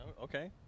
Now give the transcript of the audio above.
Okay